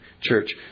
church